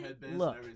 look